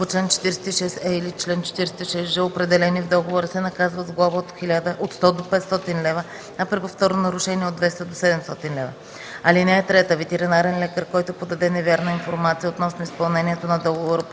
по чл. 46е или чл. 46ж, определени в договора, се наказва с глоба от 100 до 500 лв., а при повторно нарушение – от 200 до 700 лв. (3) Ветеринарен лекар, който подаде невярна информация относно изпълнението на договора